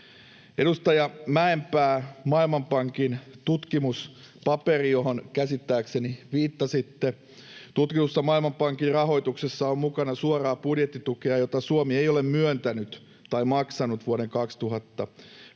Edustaja Mäenpää, Maailmanpankin tutkimuspaperi, johon käsittääkseni viittasitte: Tutkitussa Maailmanpankin rahoituksessa on mukana suoraa budjettitukea, jota Suomi ei ole myöntänyt tai maksanut vuoden 2015